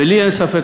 ולי אין ספק,